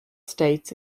states